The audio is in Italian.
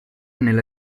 nella